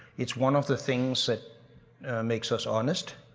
it's one of the things that makes us honest.